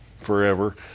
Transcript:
forever